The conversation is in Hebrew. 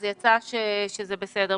אז יצא שזה בסדר.